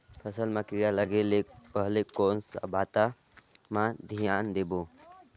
फसल मां किड़ा लगे ले पहले कोन सा बाता मां धियान देबो?